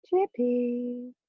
Chippy